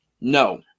No